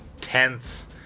tense